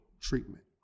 treatment